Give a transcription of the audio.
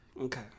Okay